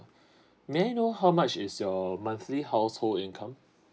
may I know how much is your monthly household income